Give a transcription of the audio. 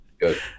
Good